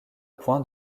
point